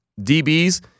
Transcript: DBs